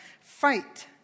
fight